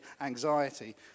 anxiety